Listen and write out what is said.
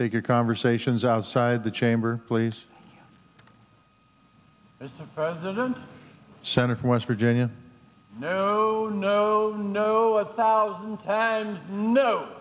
take your conversations outside the chamber please as the president center for west virginia no no no no